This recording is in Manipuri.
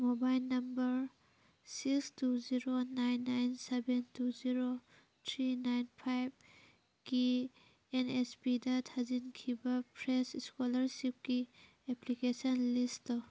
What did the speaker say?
mobile number six two zero nine nine seven two zero three nine ꯐꯥꯏꯚꯀꯤ ꯑꯦꯟ ꯑꯦꯁ ꯄꯤꯗ ꯊꯥꯖꯤꯟꯈꯤꯕ ꯐ꯭ꯔꯦꯁ ꯏꯁꯀꯣꯂꯔꯁꯤꯞꯀꯤ ꯑꯦꯄ꯭ꯂꯤꯀꯦꯁꯟ ꯂꯤꯁ ꯇꯧ